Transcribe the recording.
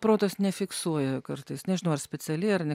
protas nefiksuoja kartais nežinau ar specialiai ar ne